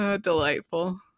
delightful